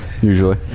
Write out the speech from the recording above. usually